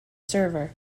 server